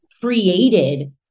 created